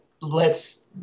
lets